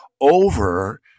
over